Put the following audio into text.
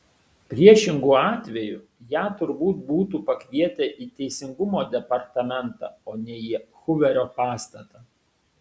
priešingu atveju ją turbūt būtų pakvietę į teisingumo departamentą o ne į huverio pastatą